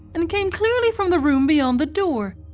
and came clearly from the room beyond the door.